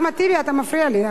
אחמד טיבי, אתה מפריע לי.